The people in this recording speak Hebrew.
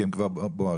כי הם כבר בוערים.